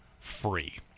free